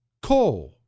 Coal